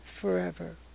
forever